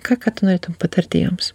ką ką tu norėtum patarti joms